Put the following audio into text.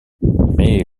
mais